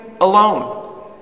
alone